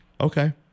Okay